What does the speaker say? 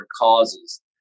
causes